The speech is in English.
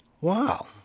Wow